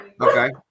Okay